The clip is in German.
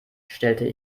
stellte